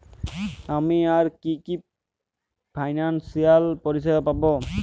আমি আর কি কি ফিনান্সসিয়াল পরিষেবা পাব?